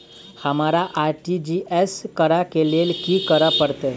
हमरा आर.टी.जी.एस करऽ केँ लेल की करऽ पड़तै?